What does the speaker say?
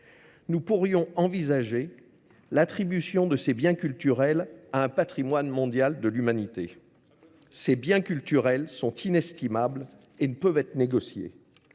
Nous pourrions envisager l'attribution de ces biens culturels à un patrimoine mondial de l'humanité. Ces biens culturels sont inestimables et ne peuvent être négociés.